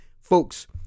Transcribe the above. Folks